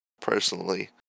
personally